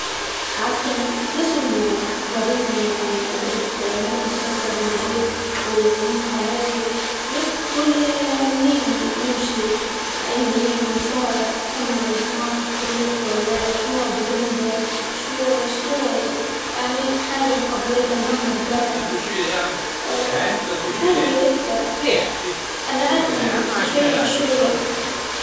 مرحبا أبغي أسأل عن أجرب مركز شرطة هون لإني جديد بالمكان ما سبق وزرته محتاج يروح لهم لإنه ضاع مني شيء وأبغى أبلغهم، لو فيك تساعدني بيكون جزاك الله ألف خير، شكرا لك كثير.